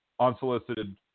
unsolicited